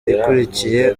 ikurikiye